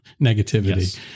negativity